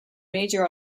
major